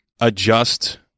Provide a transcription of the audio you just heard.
adjust